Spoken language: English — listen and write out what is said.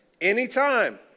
Anytime